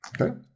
okay